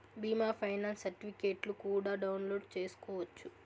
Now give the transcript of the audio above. బీమా ఫైనాన్స్ సర్టిఫికెట్లు కూడా డౌన్లోడ్ చేసుకోవచ్చు